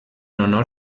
honor